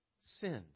Sinned